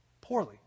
poorly